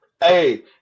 Hey